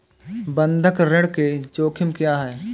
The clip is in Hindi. बंधक ऋण के जोखिम क्या हैं?